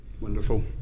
wonderful